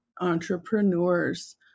entrepreneurs